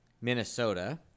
Minnesota